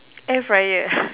air fryer